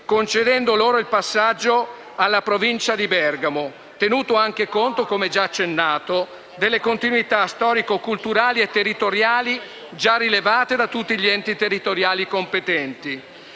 concedendo loro il passaggio alla provincia di Bergamo, tenuto anche conto, come già accennato, delle continuità storico-culturali e territoriali già rilevate da tutti gli enti territoriali competenti.